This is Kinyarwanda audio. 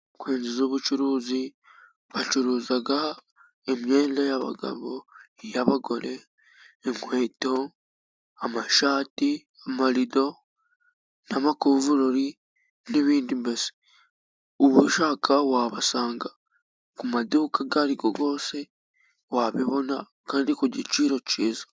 Inzu z'ubucuruzi bacuruza imyenda y'abagabo, iy'abagore, inkweto, amashati, amarido, n'amakuvurori, n'ibindi mbese. Ubashaka wabasanga ku maduka ayo ariyo yose, wabibona kandi ku giciro cyiza.